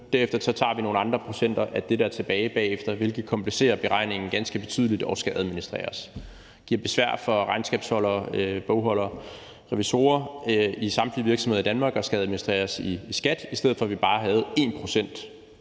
Derefter tager vi nogle andre procenter af det, der er tilbage bagefter, hvilket komplicerer beregningen ganske betydeligt og skal administreres. Det giver besvær for regnskabsholdere, bogholdere og revisorer i samtlige virksomheder i Danmark og skal administreres i skat, i stedet for at vi bare havde én procent